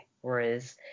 whereas